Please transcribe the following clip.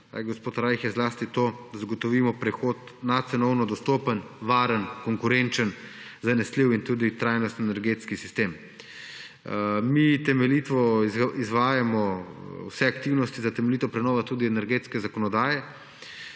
gospod Rajh, je zlasti to, da zagotovimo prehod na cenovno dostopen, varen, konkurenčen, zanesljiv in tudi trajnostni energetski sistem. Mi izvajamo vse aktivnost za temeljito prenovo tudi energetske zakonodaje.